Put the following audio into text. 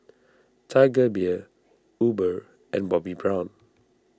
Tiger Beer Uber and Bobbi Brown